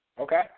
Okay